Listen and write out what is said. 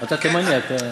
אתה תימני.